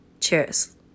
Cheers